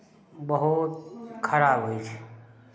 बहुत खराब होइ छै